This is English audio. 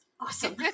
Awesome